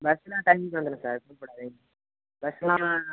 பஸ்ஸெலாம் டைமுக்கு வந்துடும் சார் பஸ்ஸெலாம்